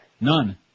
None